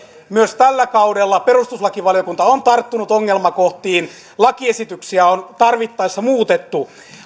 myös tällä kaudella perustuslakivaliokunta on tarttunut ongelmakohtiin ja lakiesityksiä on tarvittaessa muutettu